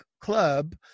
club